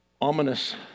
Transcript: ominous